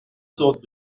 sortes